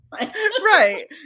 right